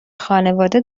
خانواده